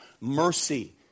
Mercy